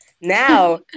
now